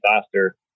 faster